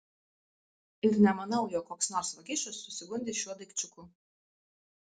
ir nemanau jog koks nors vagišius susigundys šiuo daikčiuku